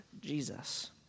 Jesus